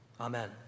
Amen